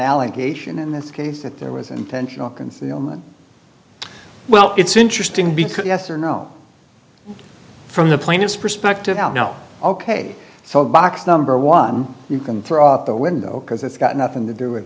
allegation in this case that there was intentional concealment well it's interesting because yes or no from the plaintiff's perspective out now ok so the box number one you can throw up the window because it's got nothing to do with